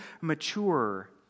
mature